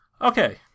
Okay